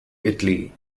italy